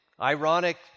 ironic